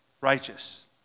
righteous